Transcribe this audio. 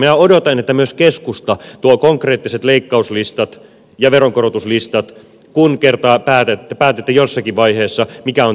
minä odotan että myös keskusta tuo konkreettiset leikkauslistat ja veronkorotuslistat kun kerta päätätte jossakin vaiheessa mikä on teidän jaksotuksenne